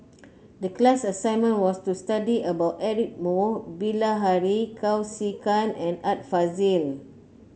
the class assignment was to study about Eric Moo Bilahari Kausikan and Art Fazil